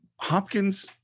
Hopkins